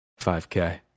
5K